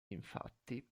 infatti